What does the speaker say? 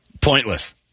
pointless